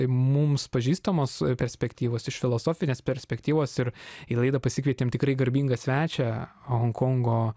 mums pažįstamos perspektyvos iš filosofinės perspektyvos ir į laidą pasikvietėm tikrai garbingą svečią honkongo